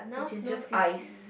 which is just ice